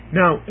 now